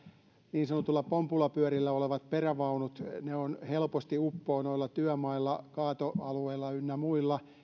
niin sanotuilla pompulapyörillä olevat perävaunut helposti uppoavat noilla työmailla kaatoalueilla ynnä muilla